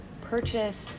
purchase